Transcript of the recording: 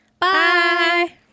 Bye